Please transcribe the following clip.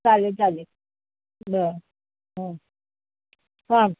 चालेल चालेल बरं हां